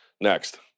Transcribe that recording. Next